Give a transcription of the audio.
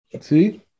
See